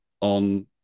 on